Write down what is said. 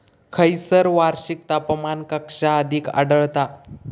खैयसर वार्षिक तापमान कक्षा अधिक आढळता?